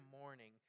morning